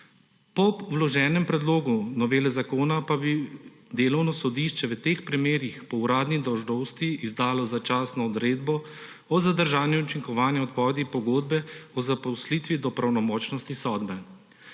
Po vloženem predlogu novele zakona pa bi delovno sodišče v teh primerih po uradni dolžnosti izdalo začasno odredbo o zadržanju učinkovanja odpovedi pogodbe o zaposlitvi do pravnomočnosti sodbe.